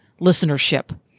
listenership